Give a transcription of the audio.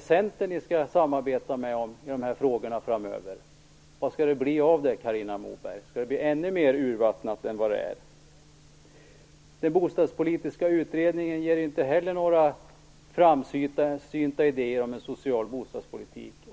Centern ni skall samarbeta med i de här frågorna framöver? Vad skall det bli av detta? Skall det bli ännu mer urvattnat än det är? Inte heller den bostadspolitiska utredningen kommer med några framsynta idéer om en social bostadspolitik.